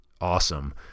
awesome